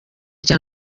cya